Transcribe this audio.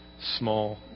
small